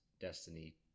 Destiny